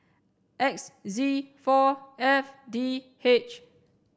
X Z four F D H